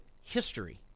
history